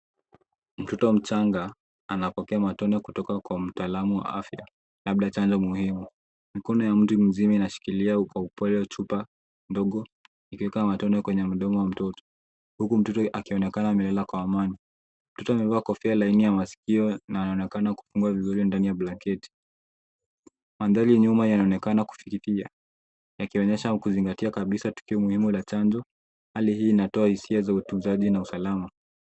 Mtoto mchanga anapokea matone kutoka kwa mtalamu wa afya Labda chanjo muhimu, mikono ya mtu mzima inashikilia kwa upole chupa ndogo ikiweka matone kwenye mdomo ya mtoto. Huku mtoto akionekana amela kwa amani. Mtoto amevaa kofia laini ya masikio na anaonekana kufungwa vizuri ndani ya blanketi. Mandhari nyuma yanaonekana kwa kufifia, yakionyesha kuzingatia kabisa tukio muhimu la chanjo. Hali hii inatoa hisia za utunzaji na usalama.